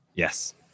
Yes